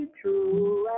true